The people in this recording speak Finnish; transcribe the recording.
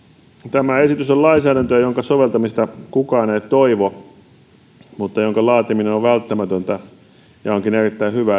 tämä esitys on lainsäädäntöä jonka soveltamista kukaan ei toivo mutta jonka laatiminen on välttämätöntä ja onkin erittäin hyvä